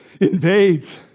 invades